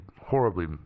horribly